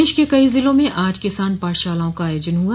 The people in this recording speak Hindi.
प्रदेश के कई जिलों में आज किसान पाठशालाओं का आयोजन हुआ